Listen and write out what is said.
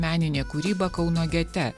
meninė kūryba kauno gete